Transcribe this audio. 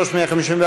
בעד, 32, נגד, 44,